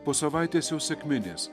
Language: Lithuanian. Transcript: po savaitės jau sekminės